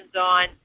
on